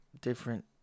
different